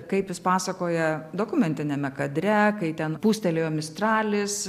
kaip jis pasakoja dokumentiniame kadre kai ten pūstelėjo mistralis